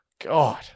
God